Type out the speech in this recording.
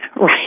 right